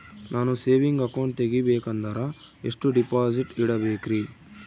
ನಾನು saving account ತೆಗಿಬೇಕಂದರ ಎಷ್ಟು ಡಿಪಾಸಿಟ್ ಇಡಬೇಕ್ರಿ?